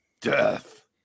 Death